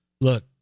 Look